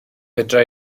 fedra